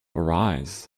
arise